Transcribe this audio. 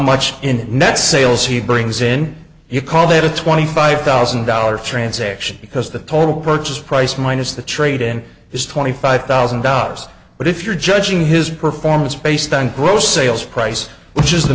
much in net sales he brings in you call that a twenty five thousand dollar transaction because the total purchase price minus the trade in is twenty five thousand dollars but if you're judging his performance based on gross sales price which is the